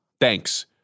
Thanks